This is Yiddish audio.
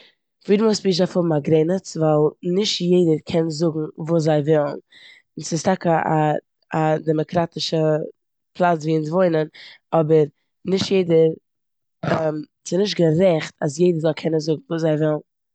פרידאם אף ספיטש דארף האבן א גרעניץ ווייל נישט יעדער קען זאגן וואס זיי ווילן און ס'איז טאקע א דעמאקראטישע פלאץ ווי אונז וואוינען, אבער נישט יעדער- ס'איז נישט גערעכט אז יעדער זאל קענען זאגן וואס זיי ווילן.